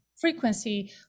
frequency